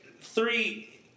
Three